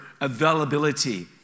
availability